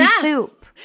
soup